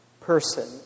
person